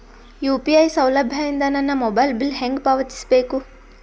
UPI ಸೌಲಭ್ಯ ಇಂದ ನನ್ನ ಮೊಬೈಲ್ ಬಿಲ್ ಹೆಂಗ್ ಪಾವತಿಸ ಬೇಕು?